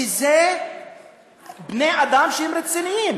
ואלה בני-אדם שהם רציניים,